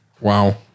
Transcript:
Wow